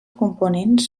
components